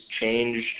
changed